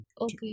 Okay